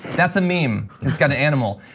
that's a meme, it's got an animal.